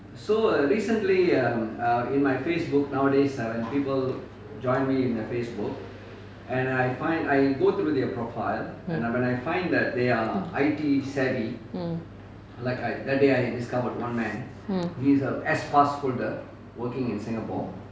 mm